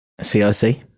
CIC